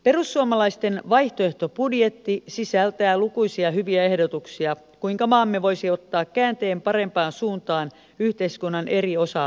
perussuomalaisten vaihtoehtobudjetti sisältää lukuisia hyviä ehdotuksia kuinka maamme voisi ottaa käänteen parempaan suuntaan yhteiskunnan eri osa alueilla